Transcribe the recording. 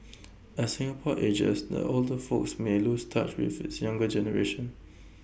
as Singapore ages the older folk may lose touch with the younger generation